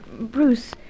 Bruce